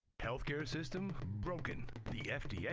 healthcare system, broken. the fda, yeah